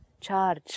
charge